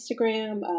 Instagram